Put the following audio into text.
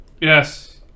Yes